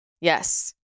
Yes